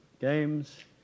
Games